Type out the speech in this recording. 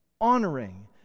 honoring